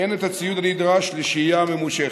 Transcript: אין את הציוד הנדרש לשהייה ממושכת.